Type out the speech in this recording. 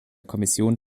kommission